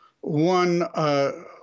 one